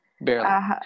barely